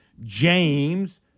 James